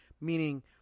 meaning